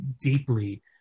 deeply